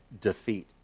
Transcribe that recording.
defeat